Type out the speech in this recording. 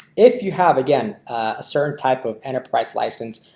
if you have again a certain type of enterprise license,